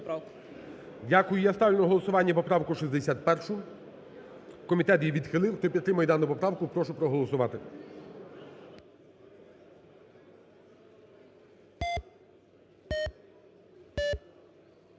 Дякую. Я ставлю на голосування поправку 61. Комітет її відхилив. Хто підтримує дану поправку, прошу проголосувати.